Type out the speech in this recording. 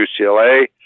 UCLA